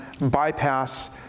bypass